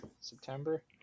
september